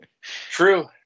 True